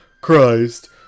Christ